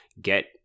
get